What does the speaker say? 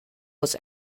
was